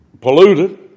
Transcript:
polluted